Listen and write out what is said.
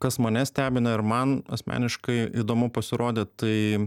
kas mane stebina ir man asmeniškai įdomu pasirodė tai